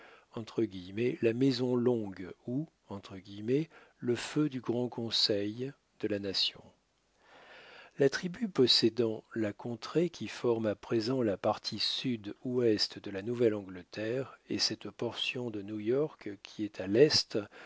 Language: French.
la maison longue ou le feu du grand conseil de la nation la tribu possédant la contrée qui forme à présent la partie sud-ouest de la nouvelle-angleterre et cette portion de newyork qui est à l'est